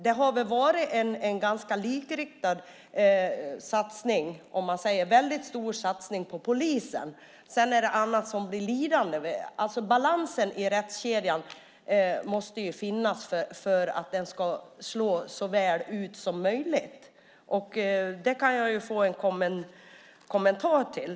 Det har varit en ganska likriktad satsning, en väldigt stor satsning på polisen. Sedan är det annat som blir lidande. Balansen i rättskedjan måste finnas för att det ska slå så väl ut som möjligt. Det kan jag väl få en kommentar till.